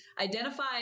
identify